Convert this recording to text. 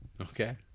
Okay